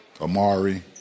Amari